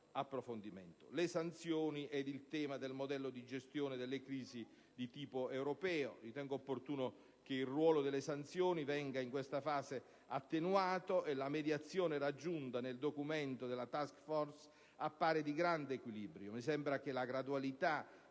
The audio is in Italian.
alle sanzioni e al tema del modello di gestione delle crisi di tipo europeo. Ritengo opportuno che il ruolo delle sanzioni venga in questa fase attenuato e la mediazione raggiunta nel documento della *task force* appare di grande equilibrio. Mi sembra che la gradualità